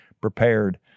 prepared